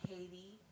Haiti